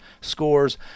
scores